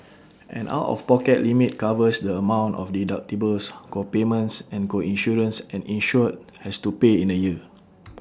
an out of pocket limit covers the amount of deductibles co payments and co insurance an insured has to pay in A year